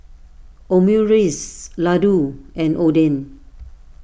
Omurice Ladoo and Oden